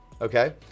okay